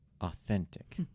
authentic